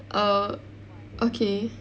oh okay